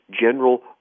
general